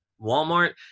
Walmart